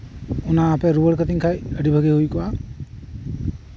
ᱚᱱᱟᱯᱮ ᱨᱩᱣᱟᱹᱲ ᱠᱟᱹᱛᱤᱧ ᱠᱷᱟᱡ ᱟᱹᱰᱤ ᱵᱦᱟᱹᱜᱤ ᱦᱩᱭ ᱠᱚᱜᱼ